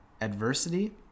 adversity